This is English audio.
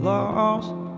Lost